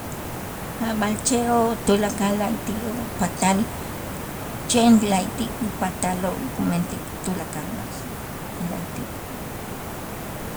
A' b'a'alche'oo' tulakal la'ayti'oo' patal chen la'ayti' upataloo' kumentik tulakal b'a'ax ti la'ayti'.